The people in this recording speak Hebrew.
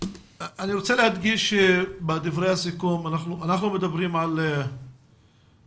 אני רוצה להדגיש בדברי הסיכום שאנחנו מדברים על שלומם,